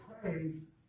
praise